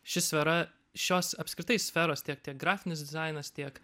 ši sfera šios apskritai sferos tiek tiek grafinis dizainas tiek